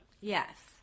Yes